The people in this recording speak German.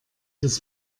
das